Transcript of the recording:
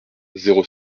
zéro